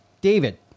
David